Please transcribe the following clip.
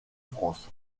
france